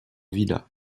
villa